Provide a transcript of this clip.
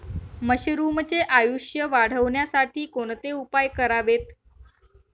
मशरुमचे आयुष्य वाढवण्यासाठी कोणते उपाय करावेत?